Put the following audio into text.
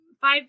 five